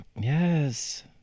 Yes